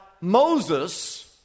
moses